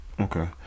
Okay